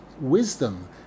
wisdom